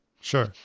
Sure